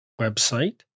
website